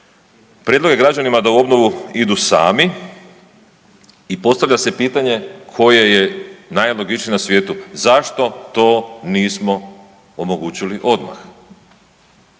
prijedlog je građanima da u obnovu idu sami i postavlja se pitanje koje je najlogičnije na svijetu, zašto to nismo omogućili odmah?